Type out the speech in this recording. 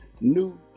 new